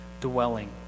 dwelling